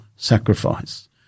sacrifice